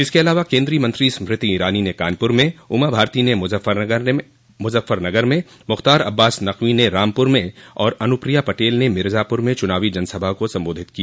इसके अलावा केन्द्रीय मंत्री स्मृति ईरानी ने कानपुर में उमा भारती ने मजफ्फरनगर में मुख्तार अब्बास नकवी ँने रामपुर में और अनुप्रिया पटेल ने मिर्जापुर में चुनावी जनसभा को सम्बोधित किया